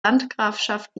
landgrafschaft